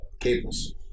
cables